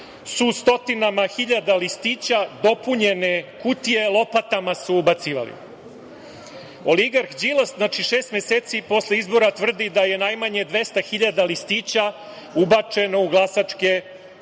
su stotinama hiljada listića dopunjene kutije, lopatama su ubacivali“.Oligarh Đilas znači šest meseci posle izbora tvrdi da je najmanje 200 hiljada listića ubačeno u glasačke kutije,